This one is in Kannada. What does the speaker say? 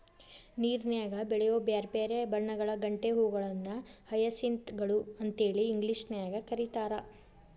ನೇರನ್ಯಾಗ ಬೆಳಿಯೋ ಬ್ಯಾರ್ಬ್ಯಾರೇ ಬಣ್ಣಗಳ ಗಂಟೆ ಹೂಗಳನ್ನ ಹಯಸಿಂತ್ ಗಳು ಅಂತೇಳಿ ಇಂಗ್ಲೇಷನ್ಯಾಗ್ ಕರೇತಾರ